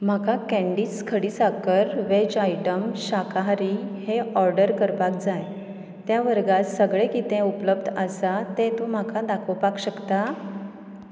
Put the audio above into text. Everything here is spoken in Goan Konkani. म्हाका कँडीज खडीसाकर वॅज आयटम शाकाहारी हे ऑडर करपाक जाय त्या वर्गास सगळें कितें उपलब्द आसा तें तूं म्हाका दाखोवपाक शकता